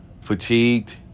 fatigued